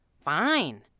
Fine